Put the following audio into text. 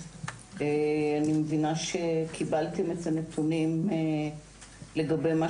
אני מבינה שקיבלתם את הנתונים לגבי מה